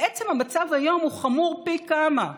בעצם המצב היום הוא חמור פי כמה,